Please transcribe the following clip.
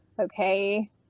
okay